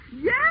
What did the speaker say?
Yes